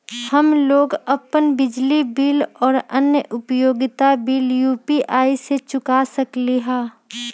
हम लोग अपन बिजली बिल और अन्य उपयोगिता बिल यू.पी.आई से चुका सकिली ह